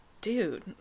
dude